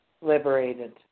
liberated